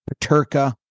Paterka